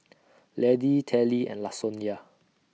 Laddie Telly and Lasonya